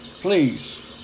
please